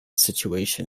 situation